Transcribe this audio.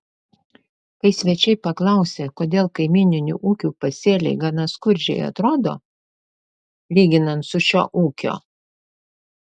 kai svečiai paklausė kodėl kaimyninių ūkių pasėliai gana skurdžiai atrodo lyginant su šio ūkio